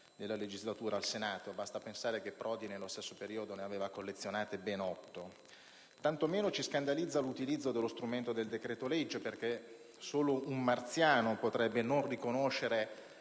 questa legislatura al Senato. Basti pensare che Prodi, nello stesso periodo, ne aveva collezionate ben otto. Tanto meno ci scandalizza l'utilizzo dello strumento del decreto-legge, perché solo un marziano potrebbe non riconoscere